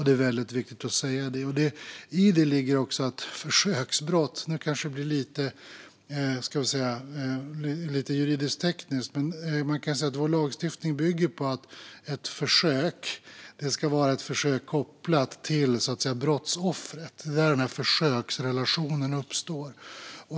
Det är väldigt viktigt att säga detta. Nu kanske det blir lite juridiskt tekniskt, men man kan säga att vår lagstiftning bygger på att ett försök ska vara ett försök kopplat till brottsoffret. Det är därmed försöksrelationen uppstår.